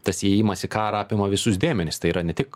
tas įėjimas į karą apima visus dėmenis tai yra ne tik